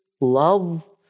love